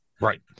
Right